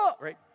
Right